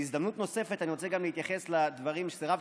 בהזדמנות נוספת אני רוצה גם להתייחס לדברים שסירבת